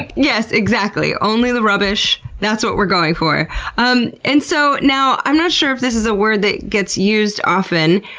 like yes, exactly! only the rubbish. that's what we're going for. um and so now, i'm not sure if this is a word that gets used often,